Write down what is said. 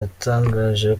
yatangaje